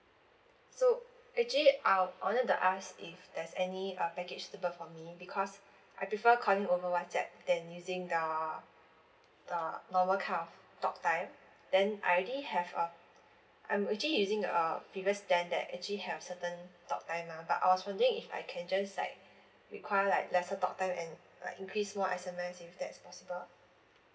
so actually um I wanted to ask if there's any uh package suitable for me because I prefer calling over WhatsApp than using the the normal kind of talktime then I already have uh I'm actually using a previous plan that actually have certain talktime lah but I was wondering if I can just like require like lesser talktime and like increase more S_M_S if that is possible